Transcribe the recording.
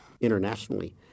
internationally